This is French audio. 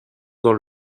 dans